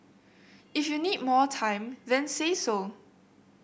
if you need more time then say so